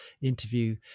interview